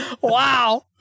wow